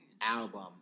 album